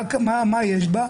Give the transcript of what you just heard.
מה יש בה?